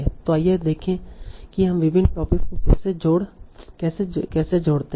तो आइए देखें कि हम विभिन्न टॉपिक्स को कैसे जोड़ते हैं